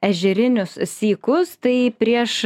ežerinius sykus tai prieš